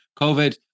COVID